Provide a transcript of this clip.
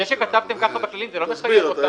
זה שכתבתם ככה בכללים, זה לא מחייב אותנו.